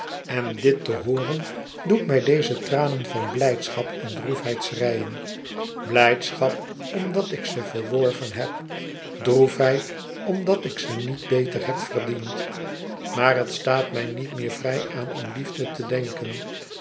en dit te hooren doet mij deze tranen van blijdschap en droefheid schreien blijdschap omdat ik ze verworven heb droefheid omdat ik ze niet beter heb verdiend maar het staat mij niet meer vrij aan uwe liefde te denken